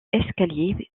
escaliers